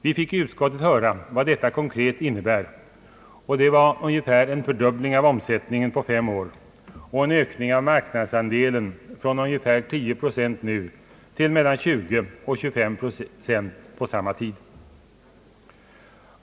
Vi fick i utskottet höra vad detta konkret innebär, nämligen en fördubbling av omsättningen på fem år och en ökning av marknadsandelen från ungefär 10 procent nu till mellan 20 och 25 pro cent på samma tid.